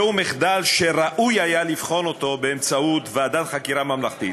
זהו מחדל שראוי היה לבחון אותו באמצעות ועדת חקירה ממלכתית,